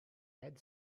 had